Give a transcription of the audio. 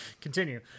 Continue